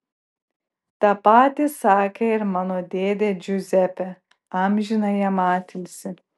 tą patį sakė ir mano dėdė džiuzepė amžiną jam atilsį